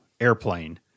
airplane